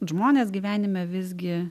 žmonės gyvenime visgi